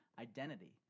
Identity